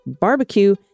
barbecue